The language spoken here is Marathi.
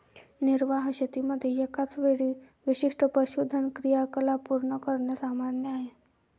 निर्वाह शेतीमध्ये एकाच वेळी विशिष्ट पशुधन क्रियाकलाप पूर्ण करणे सामान्य आहे